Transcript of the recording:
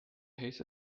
حیث